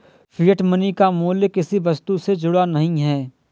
fiat money का मूल्य किसी वस्तु से जुड़ा नहीं है